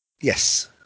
Yes